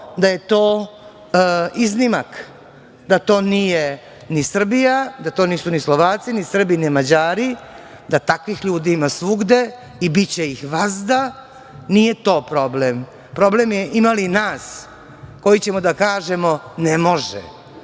da je to iznimak, da to nije ni Srbija, da to nisu ni Slovaci, ni Srbi, ni Mađari, da takvih ljudi ima svugde i biće ih vazda. Nije to problem. Problem je ima li nas koji ćemo da kažemo – ne može,